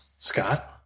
Scott